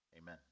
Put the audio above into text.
Amen